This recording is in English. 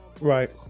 right